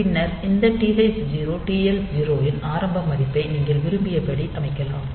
பின்னர் இந்த TH 0 TL 0 இன் ஆரம்ப மதிப்பை நீங்கள் விரும்பியபடி அமைக்கலாம்